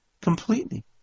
Completely